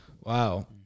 Wow